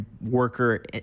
worker